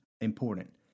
important